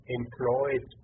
employed